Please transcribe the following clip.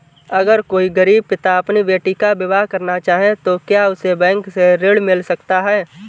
अगर कोई गरीब पिता अपनी बेटी का विवाह करना चाहे तो क्या उसे बैंक से ऋण मिल सकता है?